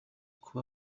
kuba